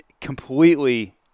completely